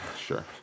sure